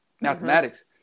Mathematics